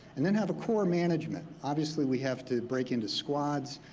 and then have a core management. obviously we have to break into squads.